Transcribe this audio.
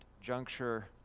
juncture